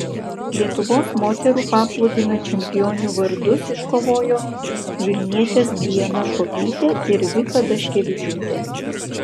lietuvos moterų paplūdimio čempionių vardus iškovojo vilnietės diana šuopytė ir vika daškevičiūtė